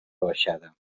baixada